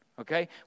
Okay